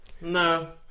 no